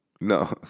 No